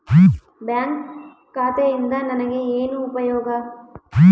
Bank ಖಾತೆಯಿಂದ ನನಗೆ ಏನು ಉಪಯೋಗ?